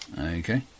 Okay